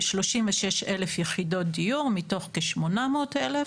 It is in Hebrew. כ-36,000 יחידות דיור מתוך כ-800,000